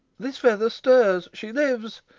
this feather stirs she lives!